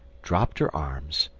dropped her arms,